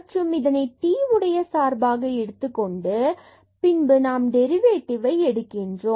மற்றும் பின்பு இதனை t உடைய சார்பாக எடுத்துக்கொண்டு மற்றும் பின்பும் நாம் டெரிவேட்டிவ் ஐ எடுக்கின்றோம்